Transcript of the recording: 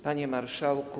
Panie Marszałku!